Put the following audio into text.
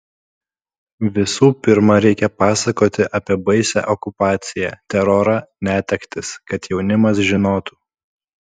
visų pirma reikia pasakoti apie baisią okupaciją terorą netektis kad jaunimas žinotų